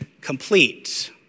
complete